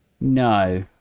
No